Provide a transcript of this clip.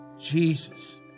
Jesus